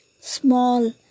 small